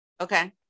Okay